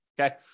Okay